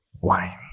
wine